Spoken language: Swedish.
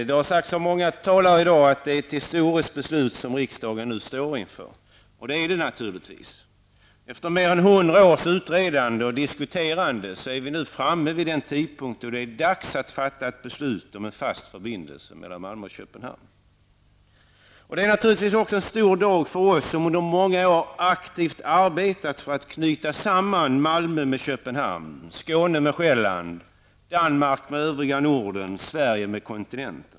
Herr talman! Många talare har i dag sagt att det är ett historiskt beslut som riksdagen nu står inför, och det är det naturligtvis. Efter mer än hundra års utredande och diskuterande är vi nu framme vid den tidpunkt då det är dags att fatta ett beslut om en fast förbindelse mellan Malmö och Köpenhamn. Det är naturligtvis också en stor dag för oss som under många år har arbetat aktivt för att knyta samman Malmö med Köpenhamn, Skåne med Själland, Danmark med övriga Norden, Sverige med kontinenten.